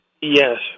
Yes